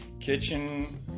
kitchen